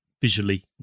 visually